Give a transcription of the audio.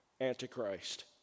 Antichrist